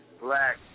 black